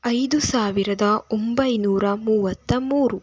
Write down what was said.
ಐದು ಸಾವಿರದ ಒಂಬೈನೂರ ಮೂವತ್ತ ಮೂರು